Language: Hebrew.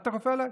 ואל תכפה עליי.